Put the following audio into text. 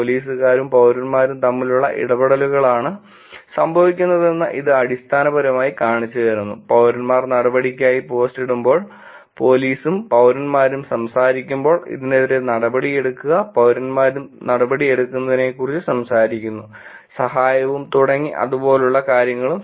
പോലീസുകാരും പൌരന്മാരും തമ്മിലുള്ള ഇടപെടലുകളാണ് സംഭവിക്കുന്നതെന്ന് ഇത് അടിസ്ഥാനപരമായി കാണിച്ചുതരുന്നു പൌരന്മാർ നടപടിയ്ക്കായി പോസ്റ്റിടുമ്പോൾ പോലീസും പൌരന്മാരും സംസാരിക്കുമ്പോൾ ഇതിനെതിരെ നടപടിയെടുക്കുക പൌരന്മാരും നടപടിയെടുക്കുന്നതിനെക്കുറിച്ച് സംസാരിക്കുന്നു സഹായവും തുടങ്ങി അതുപോലുള്ള കാര്യങ്ങളും